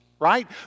right